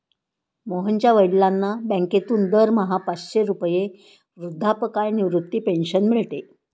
मोहनच्या वडिलांना बँकेतून दरमहा पाचशे रुपये वृद्धापकाळ निवृत्ती पेन्शन मिळते